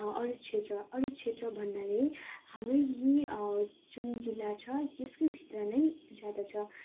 अरू क्षेत्र अरू क्षेत्र भन्नाले हाम्रै यी जुन जिल्ला छ यसको भित्र नै ज्यादा छ